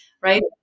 Right